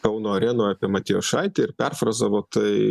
kauno arenoj apie matijošaitį ir perfrazavo tai